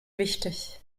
wichtig